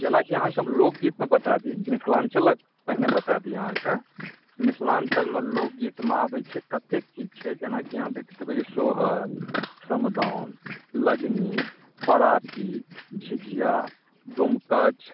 जेनाकि अहाँकेँ हम लोकगीतसभ बता दी मिथिलाञ्चलक पहिले बता दी अहाँकेँ मिथिलाञ्चलमे लोकगीतमे आबैत छै कतेक चीज छै जेनाकि अहाँ देखैत हेबै जे सोहर समदाउन लगनी पराती झिझिआ डोमकच